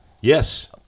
Yes